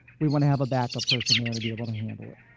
we want to have a backup person there to be able to handle it.